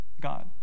God